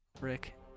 Rick